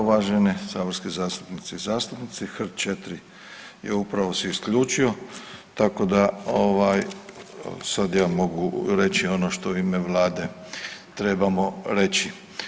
Uvažene saborske zastupnice i zastupnici, HR4 je upravo se isključio tako da ovaj sad ja mogu reći ono što u ime Vlade trebamo reći.